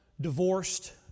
divorced